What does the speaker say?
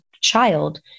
child